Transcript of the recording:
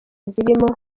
zirimo